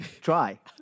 Try